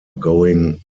going